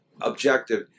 objective